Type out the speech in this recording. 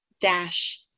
dash